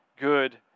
good